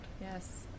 Yes